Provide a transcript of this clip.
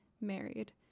married